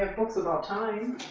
and books about time.